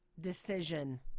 decision